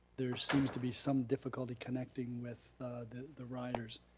there seems to be some difficulty connecting with the the riders.